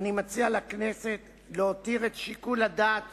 אני מציע לכנסת להותיר את שיקול הדעת